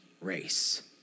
race